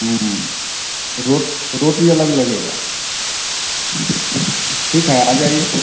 road रोटी अलग लगेगा ठीक है आ जाइए